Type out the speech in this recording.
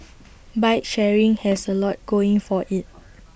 bike sharing has A lot going for IT